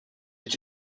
est